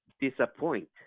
disappoint